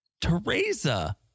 Teresa